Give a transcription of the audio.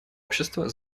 общества